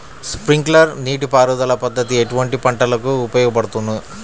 Sprinkler నీటిపారుదల పద్దతి ఎటువంటి పంటలకు ఉపయోగపడును?